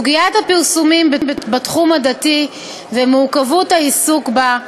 סוגיית הפרסומים בתחום הדתי ומורכבות העיסוק בה,